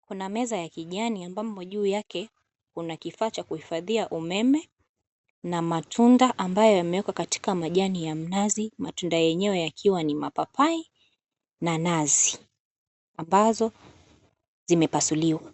Kuna meza ya kijani, ambamo juu yake kuna kifaa cha kuhifadhia umeme na matunda, ambayo yamewekwa katika majani ya mnazi. Matunda yenewe yakiwa mapapai na nazi, ambazo zimepasuliwa